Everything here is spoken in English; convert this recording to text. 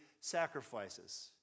sacrifices